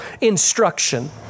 instruction